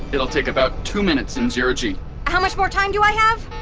it'll take about two minutes in zero g how much more time do i have?